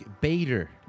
Bader